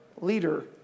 leader